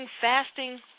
fasting